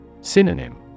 Synonym